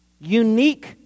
Unique